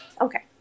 okay